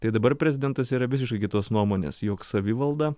tai dabar prezidentas yra visiškai kitos nuomonės jog savivalda